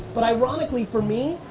but ironically, for me,